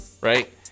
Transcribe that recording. right